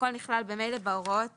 הכול נכלל ממילא בהוראות